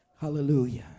Hallelujah